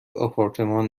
آپارتمان